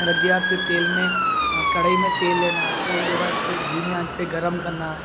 رکھ دیا تو پھر تیل میں کڑھائی میں تیل لینا تیل لیے بعد اس کو دھیمی آنچ پہ گرم کرنا